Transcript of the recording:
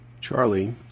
Charlie